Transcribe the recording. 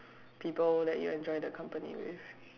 people that you enjoy the company with